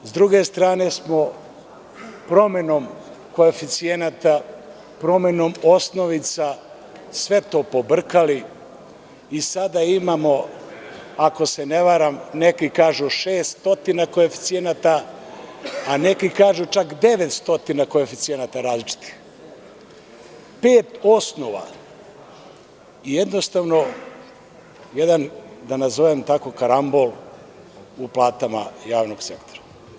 S druge strane smo promenom koeficijenata, promenom osnovica sve to pobrkali i sada imamo, ako se ne varam, neki kažu 600 koeficijenata, a neki kažu čak 900 različitih koeficijenata i pet osnova, jednostavno jedan, da nazovem tako, karambol u platama javnog sektora.